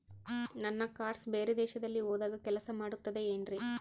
ನನ್ನ ಕಾರ್ಡ್ಸ್ ಬೇರೆ ದೇಶದಲ್ಲಿ ಹೋದಾಗ ಕೆಲಸ ಮಾಡುತ್ತದೆ ಏನ್ರಿ?